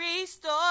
ReStore